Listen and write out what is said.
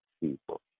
people